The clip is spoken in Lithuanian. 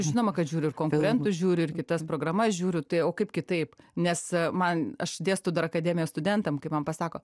žinoma kad žiūriu ir konkurentus žiūriu ir kitas programas žiūriu tai o kaip kitaip nes man aš dėstau dar akademijos studentam kai man pasako